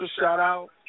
shout-out